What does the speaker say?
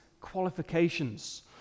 qualifications